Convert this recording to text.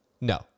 No